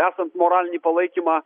esant moralinį palaikymą